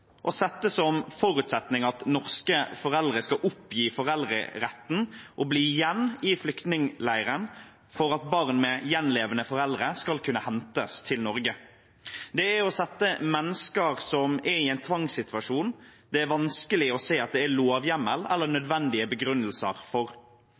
å sette som forutsetning at norske foreldre skal oppgi foreldreretten og bli igjen i flyktningleiren for at barn med gjenlevende foreldre skal kunne hentes til Norge. Det er å sette mennesker i en tvangssituasjon det er vanskelig å se at det er lovhjemmel eller